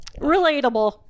Relatable